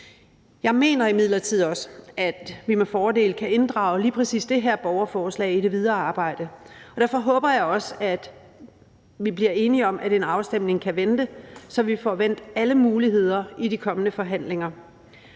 Jeg mener imidlertid også, at vi med fordel kan inddrage lige præcis det her borgerforslag i det videre arbejde, og derfor håber jeg også, at vi bliver enige om, at en afstemning kan vente, så vi får vendt alle muligheder i de kommende forhandlinger.